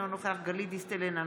אינו נוכח גלית דיסטל אטבריאן,